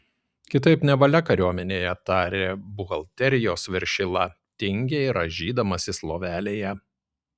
kitaip nevalia kariuomenėje tarė buhalterijos viršila tingiai rąžydamasis lovelėje